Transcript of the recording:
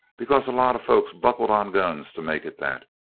because a lot of folks buckled on guns to make it that!